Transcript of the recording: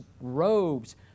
robes